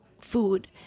food